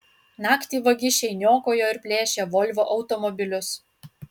naktį vagišiai niokojo ir plėšė volvo automobilius